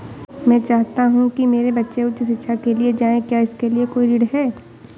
मैं चाहता हूँ कि मेरे बच्चे उच्च शिक्षा के लिए जाएं क्या इसके लिए कोई ऋण है?